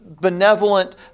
benevolent